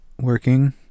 working